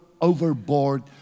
overboard